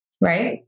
right